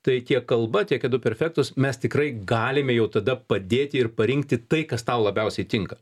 tai tiek kalba tiek edu perfectus mes tikrai galime jau tada padėti ir parinkti tai kas tau labiausiai tinka